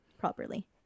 properly